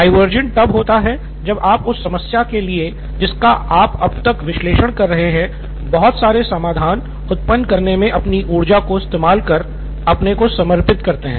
divergent तब होता है जब आप उस समस्या के लिए जिसका आप अब तक विश्लेषण कर रहे हैं बहुत सारे समाधान उत्पन्न करने में अपनी ऊर्जा को इस्तेमाल कर अपने को समर्पित करते हैं